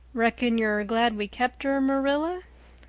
reckon you're glad we kept her, marilla?